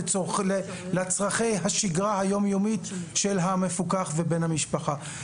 לצורכי השגרה היום יומית של המפוקח ובן המשפחה.